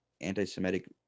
anti-Semitic